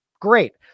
Great